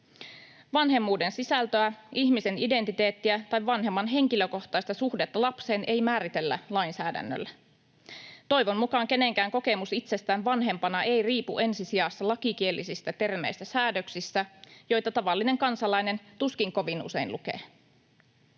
Vanhemmuuden sisältöä, ihmisen identiteettiä tai vanhemman henkilökohtaista suhdetta lapseen ei määritellä lainsäädännöllä. Toivon mukaan kenenkään kokemus itsestään vanhempana ei riipu ensi sijassa lakikielisistä termeistä säädöksissä, joita tavallinen kansalainen tuskin kovin usein lukee.